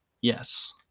Yes